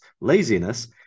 laziness